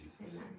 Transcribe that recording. Jesus